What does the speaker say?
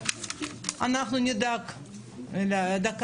אנחנו את היוזמות האלה, שעכשיו יגיעו